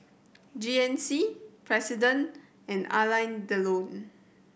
G N C President and Alain Delon